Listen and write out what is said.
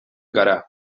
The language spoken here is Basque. gara